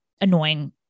annoying